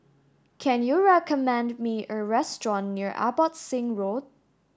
can you recommend me a restaurant near Abbotsingh Road